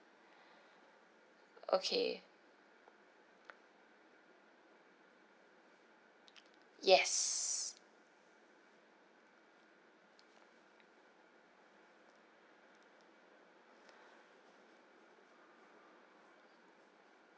okay yes